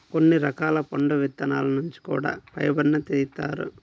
కొన్ని రకాల పండు విత్తనాల నుంచి కూడా ఫైబర్ను తీత్తారు